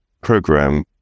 program